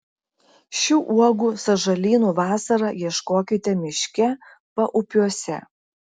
šių uogų sąžalynų vasarą ieškokite miške paupiuose